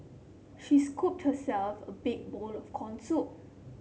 she scooped herself a big bowl of corn soup